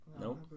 Nope